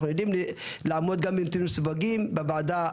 אנחנו יודעים לעמוד גם בנתונים מסווגים בוועדה,